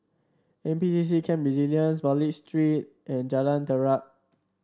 N P C C Camp Resilience Wallich Street and Jalan Terap